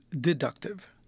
deductive